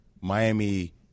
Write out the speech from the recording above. Miami